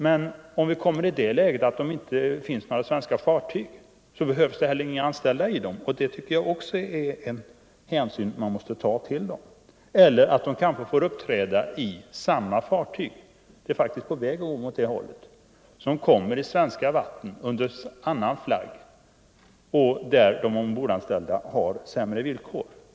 Men om vi kommer i det läget att det inte finns några svenska fartyg, så behövs det inte heller några anställda. Det är också en hänsyn som man måste ta till de anställda. Eller också får de kanske arbeta i samma fartyg under annan flagg, där de ombordanställda har sämre villkor.